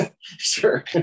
sure